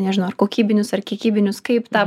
nežinau ar kokybinius ar kiekybinius kaip tą